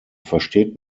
versteht